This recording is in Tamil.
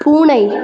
பூனை